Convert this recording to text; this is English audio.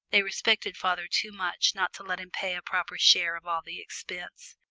they respected father too much not to let him pay a proper share of all the expense.